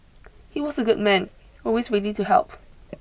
he was a good man always ready to help